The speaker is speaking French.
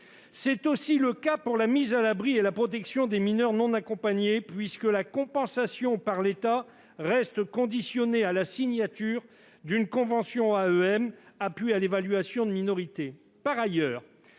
C'est le cas pour la mise à l'abri et la protection des mineurs non accompagnés (MNA), puisque la compensation par l'État reste conditionnée à la signature d'une convention pour l'appui à l'évaluation de la minorité